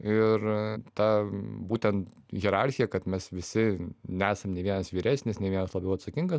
ir ta būtent hierarchija kad mes visi nesam nei vienas vyresnis nei vienas labiau atsakinga